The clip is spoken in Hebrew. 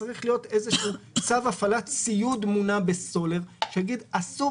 צריך להיות איזשהו צו הפעלה ציוד מונע בסולר שיגיד: אסור